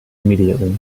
immediately